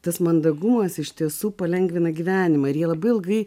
tas mandagumas iš tiesų palengvina gyvenimą ir jie labai ilgai